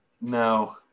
no